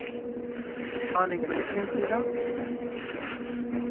ہو نہیں گا کتنے انچی کا